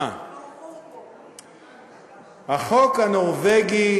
החוק הנורבגי